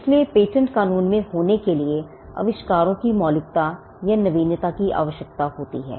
इसलिए पेटेंट कानून में होने के लिए आविष्कारों की मौलिकता और नवीनता की आवश्यकता होती है